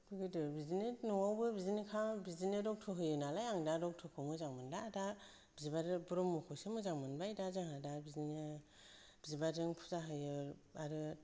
गोदो बिदिनो न'आवबो बिदिनोखा बिदिनो रक्त' होयो नालाय आं दा रक्त'खौ मोजां मोनला दा बिबार ब्रह्मखौसो मोजां मोनबाय दा जोंहा दा बिदिनो बिबारजों फुजा होयो आरो